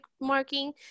marking